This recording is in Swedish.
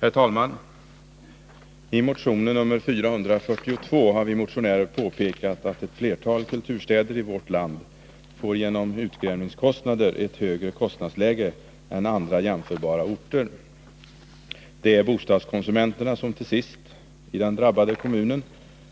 Herr talman! I motionen 442 har vi motionärer påpekat att ett flertal kulturstäder i vårt land genom utgrävningskostnader får ett högre kostnadsläge än andra jämförbara orter. Det är bostadskonsumenterna i den drabbade kommunen